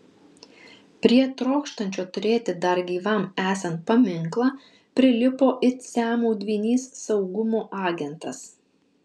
prie trokštančio turėti dar gyvam esant paminklą prilipo it siamo dvynys saugumo agentas